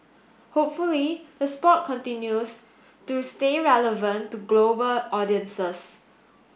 hopefully the sport continues to stay relevant to global audiences